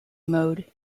mode